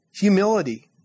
humility